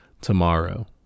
tomorrow